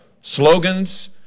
slogans